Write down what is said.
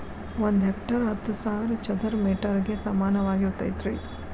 ಒಂದ ಹೆಕ್ಟೇರ್ ಹತ್ತು ಸಾವಿರ ಚದರ ಮೇಟರ್ ಗ ಸಮಾನವಾಗಿರತೈತ್ರಿ